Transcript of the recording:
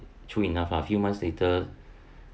true enough ah few months later